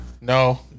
No